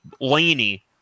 Laney